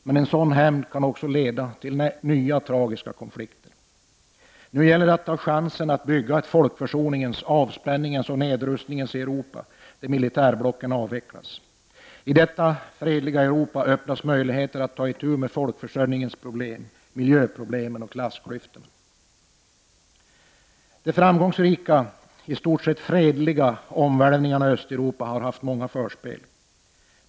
Men sådan hämnd kan också leda till nya tragiska konflikter. Nu gäller det att ta chansen att bygga folkförsoningens, avspänningens och nedrustningens Europa, där militärblocken avvecklas. I detta fredliga Europa öppnas möjligheter att ta itu med folkförsörjningens problem, miljöproblem och klassklyftor. De framgångsrika, i stort sett fredliga omvälvningarna i Östeuropa har haft många förspel.